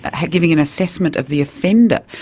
ah giving an assessment of the offender,